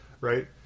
right